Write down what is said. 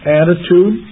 attitude